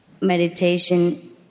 Meditation